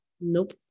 Nope